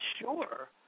sure